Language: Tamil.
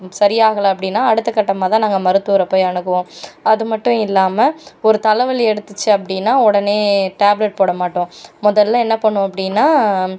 சரியாகலை அப்படின்னா அடுத்தக்கட்டமாக தான் நாங்கள் மருத்துவரை போய் அணுகுவோம் அது மட்டும் இல்லாமல் ஒரு தலைவலி எடுத்துச்சு அப்படின்னா உடனே டேப்லெட் போட மாட்டோம் முதல்ல என்ன பண்ணுவோம் அப்படின்னா